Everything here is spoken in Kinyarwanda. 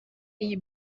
iyi